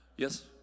Yes